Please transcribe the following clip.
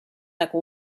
like